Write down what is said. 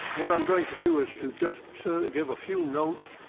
what i'm going to do is to just give a few notes,